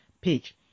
page